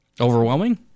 Overwhelming